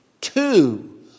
Two